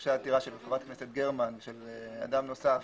הוגשה עתירה של חברת הכנסת גרמן, של אדם נוסף,